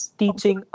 teaching